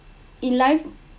in life